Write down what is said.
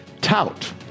Tout